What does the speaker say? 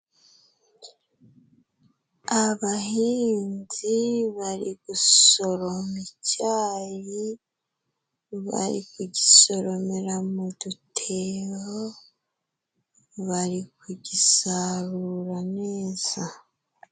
Abahinzi bari gusoroma icyayi, bari kugisoromera mu dutebo bari kugisarura neza.